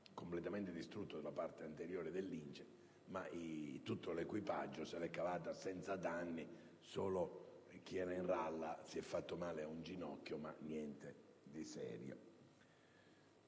completamente distrutto la parte anteriore del Lince ma l'equipaggio non ha avuto danni (solo chi era in ralla si è fatto male ad un ginocchio, ma niente di serio).